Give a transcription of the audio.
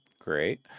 Great